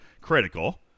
critical